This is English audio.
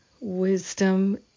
wisdom